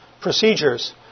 procedures